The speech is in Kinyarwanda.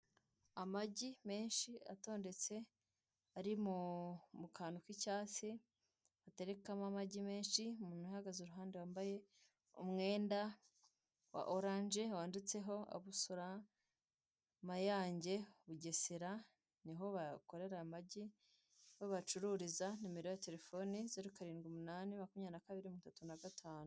Amagi menshi atondetse ari mu kantu k'icyatsi baterekamo amagi menshi, umuntu uhagaze iruhande wamabye umwenda wa oranje wanditseho abusora Mayange Bugesera niho bakorera amagi niho bacururiza nimero ye ya telefone zeru karindwi umunani makumyabiri na kabiri mirongo itatu na gatanu.